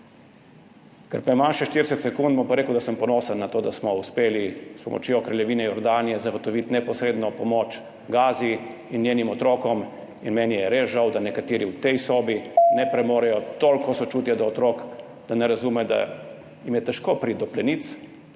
Ker imam še 40 sekund, bom pa rekel, da sem ponosen na to, da smo uspeli s pomočjo kraljevine Jordanije zagotoviti neposredno pomoč Gazi in njenim otrokom. Meni je res žal, da nekateri v tej sobi ne premorejo toliko sočutja do otrok, da ne razumejo, da jim je težko priti do plenic,